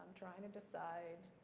trying to decide,